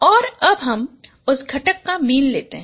और अब हम उस घटक का मीन लेते हैं